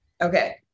Okay